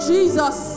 Jesus